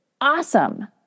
awesome